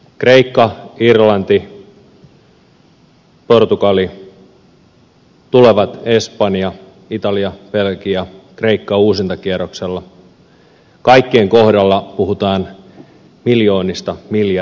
kreikka irlanti portugali sitten tulevat espanja italia belgia kreikka uusintakierroksella kaikkien kohdalla puhutaan miljoonista ja miljardeista